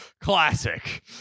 classic